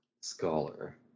scholar